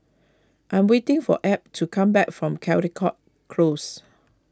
I am waiting for Abb to come back from Caldecott Close